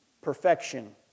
perfection